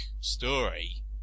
story